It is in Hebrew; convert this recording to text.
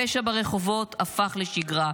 הפשע ברחובות הפך לשגרה,